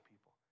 people